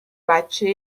بچه